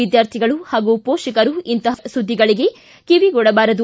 ವಿದ್ವಾರ್ಥಿಗಳು ಹಾಗೂ ಪೋಷಕರು ಇಂತಹ ಸುದ್ದಿಗಳಿಗೆ ಕಿವಿ ಕೊಡಬಾರದು